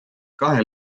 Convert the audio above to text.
kahe